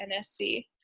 NSC